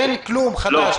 אין כלום חדש.